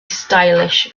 stylish